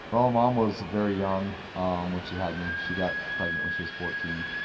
um um was very young um when she had me. she got pregnant when she was fourteen.